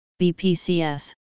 BPCS